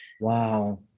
Wow